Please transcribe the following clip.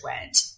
went